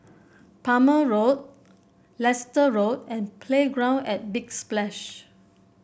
Palmer Road Leicester Road and Playground at Big Splash